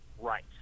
right